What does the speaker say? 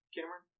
Cameron